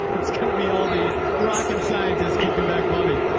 it's going to be all the rocket scientists kicking back money.